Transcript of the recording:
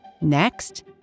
Next